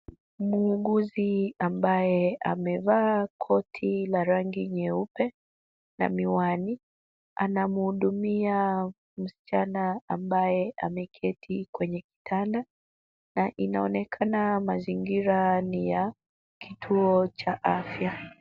Muuguzi ambaye amevaa koti la rangi nyeupe na miwani, anamhudumia msichana ambaye ameketi kwenye kitanda na inaonekana mazingira ni ya kituo cha afya.